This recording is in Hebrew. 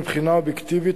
מבחינה אובייקטיבית,